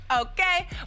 Okay